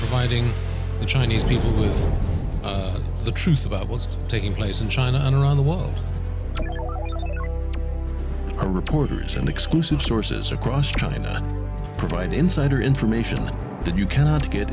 fighting the chinese people with the truth about what's taking place in china and around the world are reporters and exclusive sources across china provide insider information that you cannot get